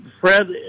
Fred